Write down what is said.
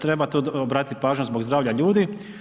Treba to obratiti pažnju zbog zdravlja ljudi.